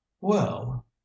Well